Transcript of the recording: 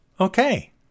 Okay